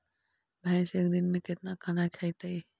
भैंस एक दिन में केतना खाना खैतई?